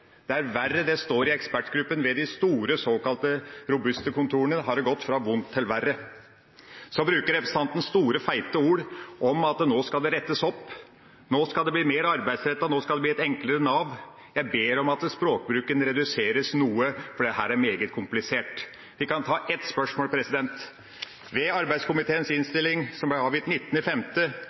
Det mener ekspertgruppen. Ved de store såkalte robuste kontorene har det gått fra vondt til verre. Representanten bruker store, feite ord om at det nå skal rettes opp, at det skal bli mer arbeidsrettet, at det skal bli et enklere Nav. Jeg ber om at språkbruken reduseres noe, for dette er meget komplisert. Vi kan ta ett spørsmål. Ved arbeids- og sosialkomiteens innstilling som ble avgitt